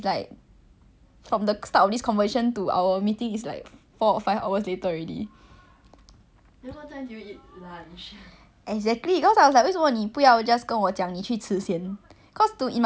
exactly cause I was like 为什么你不要 just 跟我讲你去吃先 cause to in my mind is like it's so inconsiderate it's like it's not that I mind that you are busy is that you just make me keep waiting for you like you didn't even give me a time